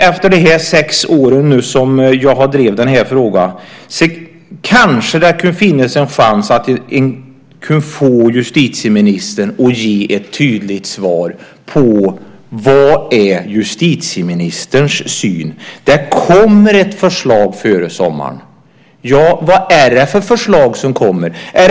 Efter de sex år jag har drivit denna fråga finns det kanske en chans att få ett tydligt svar från justitieministern på vad hans syn är. Det kommer ett förslag före sommaren. Vad är det för förslag som kommer?